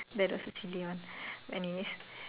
that was actually one anyways